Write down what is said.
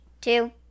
two